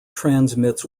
transmits